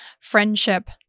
friendship